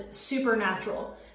supernatural